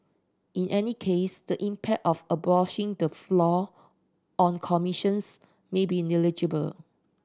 in any case the impact of abolishing the floor on commissions may be negligible